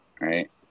right